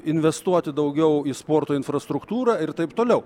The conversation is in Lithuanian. investuoti daugiau į sporto infrastruktūrą ir taip toliau